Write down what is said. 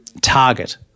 target